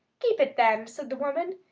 keep it, then, said the woman.